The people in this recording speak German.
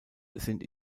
sind